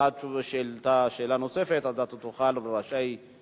לא היה צריך ולא היתה שום בעיה לשוטר לזהות